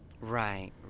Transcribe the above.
Right